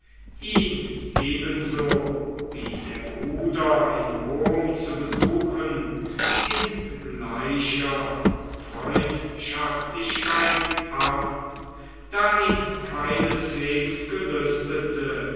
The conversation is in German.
ihn ebenso wie der bruder in rom zu besuchen in gleicher freundschaftlichkeit ab da ihn keineswegs gelüstete